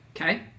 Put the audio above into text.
Okay